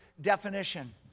definition